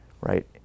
right